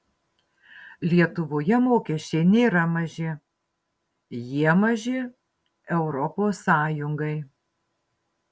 lietuvoje mokesčiai nėra maži jie maži europos sąjungai